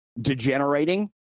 degenerating